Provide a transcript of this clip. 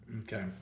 Okay